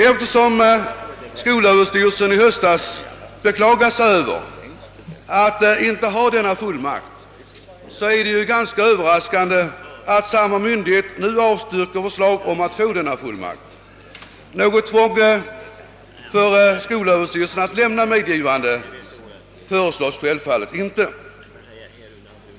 Eftersom SÖ i höstas närmast beklagade sig över att den inte hade denna fullmakt, är det ganska överraskande att samma myndighet nu avstyrker förslag om att få denna fullmakt. Något tvång för Sö att lämna medgivande till kommun föreslås självfallet inte.